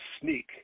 sneak